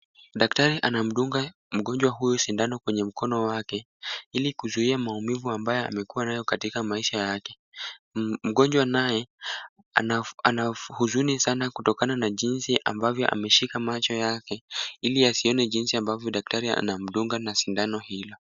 Daktari anamdunga mgonjwa huyu sindano kwenye mkono wake, ili kuzuia maumivu ambayo amekuwa nayo katika maisha yake. Mgonjwa naye ana huzuni sana kutokana na jinsi ambavyo ameshika macho yake, ili asione jinsi ambavyo daktari anamdunga na sindano hilo.